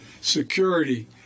security